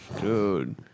dude